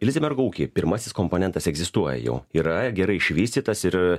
ilzenbergo ūky pirmasis komponentas egzistuoja jau yra gerai išvystytas ir